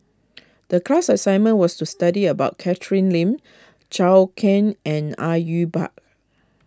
the class assignment was to study about Catherine Lim Zhou Can and Au Yue Pak